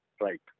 right